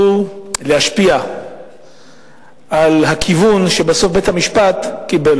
להשפיע על הכיוון שבסוף בית-המשפט קיבל.